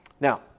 Now